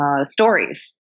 stories